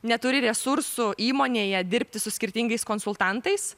neturi resursų įmonėje dirbti su skirtingais konsultantais